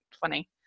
funny